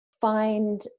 Find